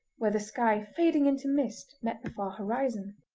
where the sky fading into mist met the far horizon.